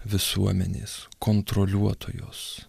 visuomenės kontroliuotojos